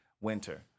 winter